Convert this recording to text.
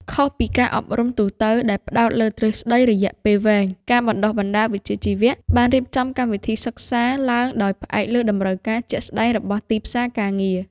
ខុសពីការអប់រំទូទៅដែលផ្តោតលើទ្រឹស្តីរយៈពេលវែង ការបណ្តុះបណ្តាលវិជ្ជាជីវៈបានរៀបចំកម្មវិធីសិក្សាឡើងដោយផ្អែកលើតម្រូវការជាក់ស្តែងរបស់ទីផ្សារការងារ។